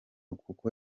kuko